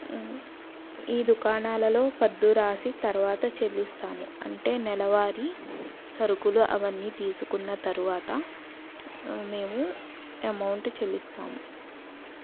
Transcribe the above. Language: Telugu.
ఈ దుకాణాలలో పద్దు రాసి తర్వాత చెల్లిస్తాము అంటే నెలవారీ సరుకులు అవన్నీ తీసుకున్న తర్వాత మేము అమౌంట్ చెల్లిస్తాం